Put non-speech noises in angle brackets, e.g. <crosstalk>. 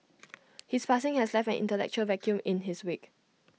<noise> his passing has left an intellectual vacuum in his wake